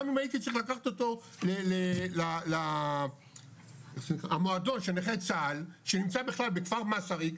גם אם הייתי צריך לקחת אותו למועדון של נכי צה"ל שנמצא בכלל בכפר מסריק,